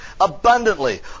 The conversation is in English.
Abundantly